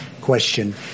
question